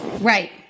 right